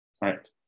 right